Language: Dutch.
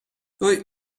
doei